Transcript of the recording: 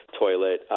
toilet